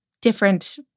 different